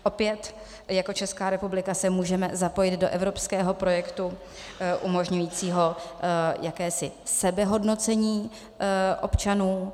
Opět jako Česká republika se můžeme zapojit do evropského projektu umožňujícího jakési sebehodnocení občanů.